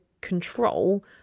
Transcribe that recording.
control